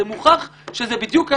מוכח שזה בדיוק ההפך.